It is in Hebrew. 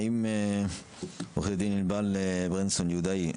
האם עורכת דין ענבל ברנסון יהודאי,